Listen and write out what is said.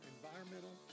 Environmental